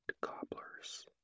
cobblers